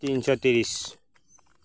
তিনিশ ত্ৰিছ